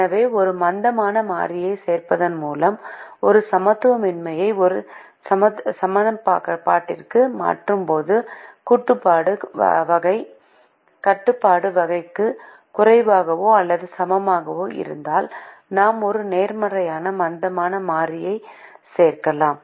எனவே ஒரு மந்தமான மாறியைச் சேர்ப்பதன் மூலம் ஒரு சமத்துவமின்மையை ஒரு சமன்பாட்டிற்கு மாற்றும்போது கட்டுப்பாடு வகைக்கு குறைவாகவோ அல்லது சமமாகவோ இருந்தால் நாம் ஒரு நேர்மறையான மந்தமான மாறியைச் சேர்க்கலாம்